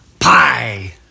Pie